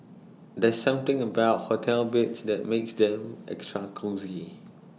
there's something about hotel beds that makes them extra cosy